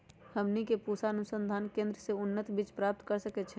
हमनी के पूसा अनुसंधान केंद्र से उन्नत बीज प्राप्त कर सकैछे?